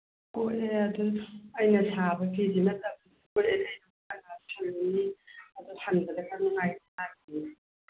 ꯀꯣꯛꯑꯦ ꯑꯗꯨꯝ ꯑꯩꯅ ꯁꯥꯕ ꯐꯤꯗꯤ ꯅꯠꯇꯕꯅꯤꯅ ꯑꯗꯨ ꯍꯟꯕꯗ ꯈꯔ ꯅꯨꯡꯉꯥꯏꯗꯣꯏ ꯃꯥꯟꯗꯦꯌꯦ